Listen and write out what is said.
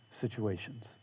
situations